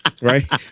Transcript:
right